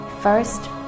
first